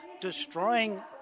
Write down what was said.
destroying